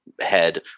head